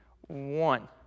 one